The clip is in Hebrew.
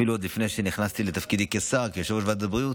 אפילו עוד לפני שנכנסתי לתפקידי כשר אלא כיושב-ראש ועדת הבריאות.